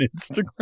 instagram